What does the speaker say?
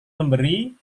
memberi